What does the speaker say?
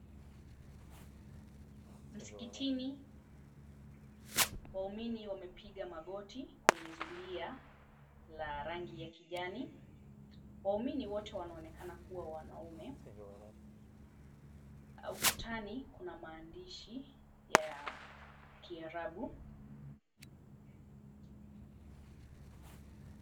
Mskitini, waumini wamepiga magoti kwenye zulia la rangi ya kijani. Waumini wote wanaonekana kuwa wanaume. Ukutani kuna maandishi ya Kiarabu.